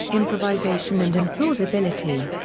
improvisation and implausibility.